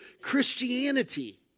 Christianity